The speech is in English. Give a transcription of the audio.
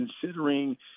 considering –